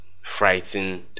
frightened